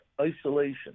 isolation